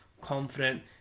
confident